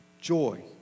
joy